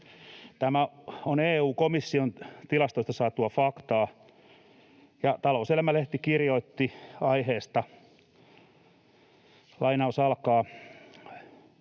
Tämä on EU-komission tilastoista saatua faktaa, ja Talouselämä-lehti kirjoitti aiheesta: ”Yritystukien